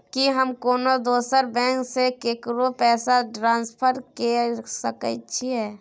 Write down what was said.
की हम कोनो दोसर बैंक से केकरो पैसा ट्रांसफर कैर सकय छियै?